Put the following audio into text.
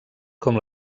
com